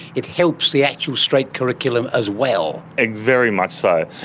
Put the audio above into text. it helps the actual straight curriculum as well. and very much so.